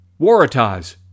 Waratahs